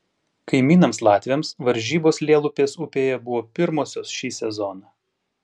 kaimynams latviams varžybos lielupės upėje buvo pirmosios šį sezoną